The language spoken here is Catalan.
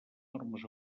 normes